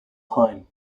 time